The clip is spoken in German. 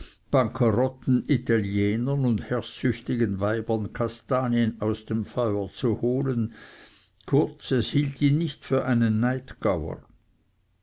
bankerotten italienern und herrschsüchtigen weibern kastanien aus dem feuer zu holen kurz es hielt ihn nicht für einen